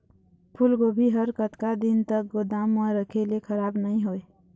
फूलगोभी हर कतका दिन तक गोदाम म रखे ले खराब नई होय?